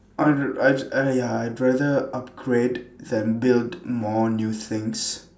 I I !aiya! I rather upgrade than build more new things